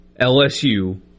LSU